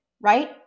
right